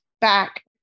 back